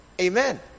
Amen